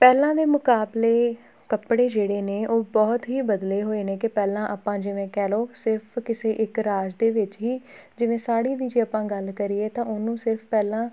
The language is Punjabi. ਪਹਿਲਾਂ ਦੇ ਮੁਕਾਬਲੇ ਕੱਪੜੇ ਜਿਹੜੇ ਨੇ ਉਹ ਬਹੁਤ ਹੀ ਬਦਲੇ ਹੋਏ ਨੇ ਕਿ ਪਹਿਲਾਂ ਆਪਾਂ ਜਿਵੇਂ ਕਹਿ ਲਓ ਸਿਰਫ਼ ਕਿਸੇ ਇੱਕ ਰਾਜ ਦੇ ਵਿੱਚ ਹੀ ਜਿਵੇਂ ਸਾੜੀ ਦੀ ਜੇ ਆਪਾਂ ਗੱਲ ਕਰੀਏ ਤਾਂ ਉਹਨੂੰ ਸਿਰਫ਼ ਪਹਿਲਾਂ